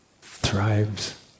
thrives